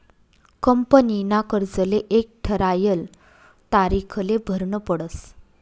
कंपनीना कर्जले एक ठरायल तारीखले भरनं पडस